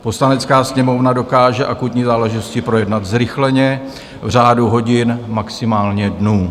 Poslanecká sněmovna dokáže akutní záležitosti projednat zrychleně v řádu hodin, maximálně dnů.